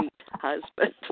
husband